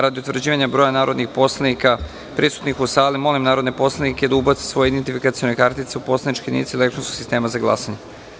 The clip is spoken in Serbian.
Radi utvrđivanja broja narodnih poslanika prisutnih u sali, molim narodne poslanike da ubace svoje identifikacione kartice u poslaničke jedinice elektronskog sistema za glasanje.